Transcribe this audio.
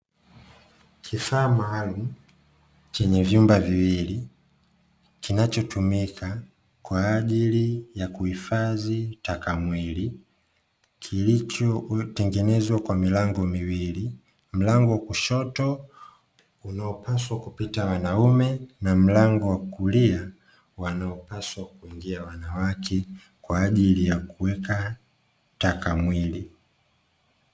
Kifaa maalumu chenye vyumba viwili kinachotumika kwa ajili ya kuhifadhi taka mwili, kilichotengenezwa kwa milango miwili. Mlango wakushoto unaopaswa kupita wanaume na mlango wa kulia wanaopaswa kuingia wanawake kwa ajili ya kuweka taka mwili.